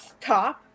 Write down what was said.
top